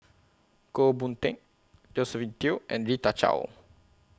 Goh Boon Teck Josephine Teo and Rita Chao